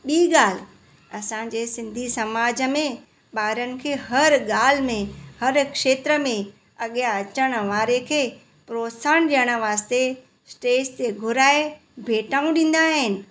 ॿी ॻाल्हि असांजे सिंधी समाज में ॿारनि खे हर ॻाल्हि में हर क्षेत्र में अॻियां अचण वारे खे प्रोत्साहन ॾियणु वास्ते स्टेज ते घुराए भेटूं ॾींदा आहिनि